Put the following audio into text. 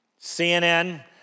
CNN